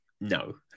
no